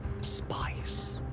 spice